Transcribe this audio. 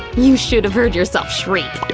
you should've heard yourself shriek!